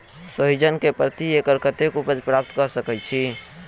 सोहिजन केँ प्रति एकड़ कतेक उपज प्राप्त कऽ सकै छी?